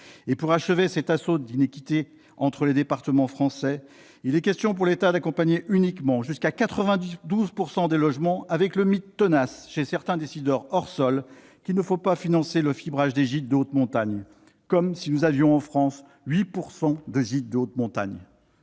! Pour achever cet assaut d'iniquités entre les départements français, il est question pour l'État d'accompagner uniquement le déploiement jusqu'à 92 % des logements, avec le mythe tenace chez certains décideurs hors sol qu'il ne faut pas financer le fibrage des gîtes de haute montagne. Comme si nous avions en France 8 % de gîtes de haute montagne